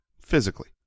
physically